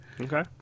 okay